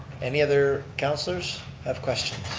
any other councilors have questions?